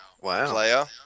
Wow